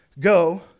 Go